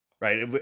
Right